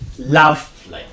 Love